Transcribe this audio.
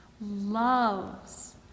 loves